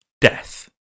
Death